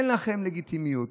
אין לכם לגיטימיות,